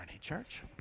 church